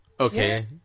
Okay